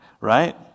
Right